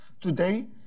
Today